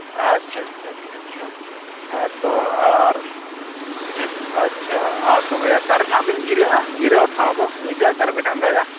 ᱟᱪᱷᱟ ᱪᱷᱟ ᱪᱷᱟ ᱦᱮᱸ ᱛᱚ ᱟᱨ ᱟᱪᱪᱷᱟ ᱟᱨ ᱛᱚᱵᱮ ᱚᱠᱟ ᱨᱮ ᱦᱟᱜ ᱵᱮᱱ ᱡᱤᱨᱟᱹᱜᱼᱟ ᱡᱤᱨᱟᱹᱣ ᱴᱷᱟᱹᱣ ᱫᱚ ᱧᱤᱫᱟᱹ ᱟᱠᱟ ᱨᱮᱵᱮᱱ ᱟᱸᱜᱟᱭᱟ